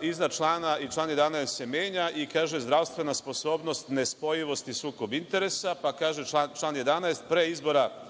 iznad člana i član 11. menja i kaže – zdravstvena sposobnost, nespojivost i sukob interesa, pa kaže član 11. – pre izbora